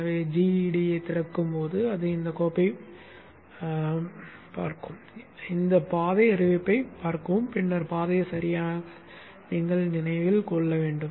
எனவே gEDAஐ திறக்கும் போது அது இந்த கோப்பைப் பார்க்கும் இந்த பாதை அறிவிப்பைப் பார்க்கவும் பின்னர் பாதையை சரியாக நினைவில் கொள்ளவும்